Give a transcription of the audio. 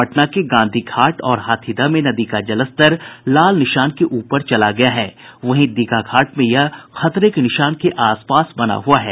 पटना के गांधी घाट और हाथीदह में नदी का जलस्तर लाल निशान के ऊपर चला गया है वहीं दीघा घाट में यह खतरे के निशान के आस पास बना हुआ है